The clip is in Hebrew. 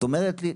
את אומרת לי: